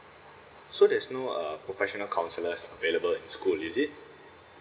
so there's no uh professional counsellors available in school is it